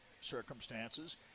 circumstances